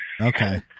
Okay